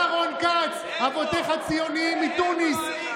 אתה, רון כץ, אבותיך ציונים מתוניס.